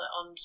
on